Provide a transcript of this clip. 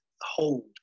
hold